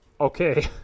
okay